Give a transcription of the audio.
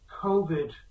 COVID